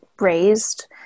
raised